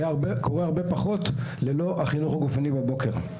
קורה הרבה פחות ללא החינוך הגופני בבוקר.